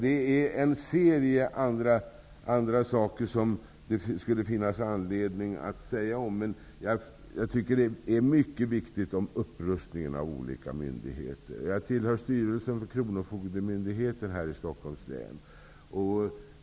Det finns en rad andra saker som det skulle finnas anledning att säga något om. Men det som är mycket viktigt är upprustningen av olika myndigheter. Jag tillhör styrelsen för Kronofogdemyndigheten i Stockholms län.